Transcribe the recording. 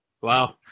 Wow